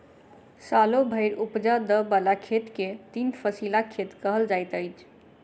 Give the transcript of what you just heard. सालो भरि उपजा दय बला खेत के तीन फसिला खेत कहल जाइत अछि